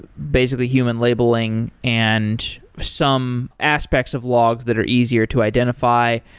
basically human labeling and some aspects of logs that are easier to identify,